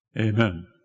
amen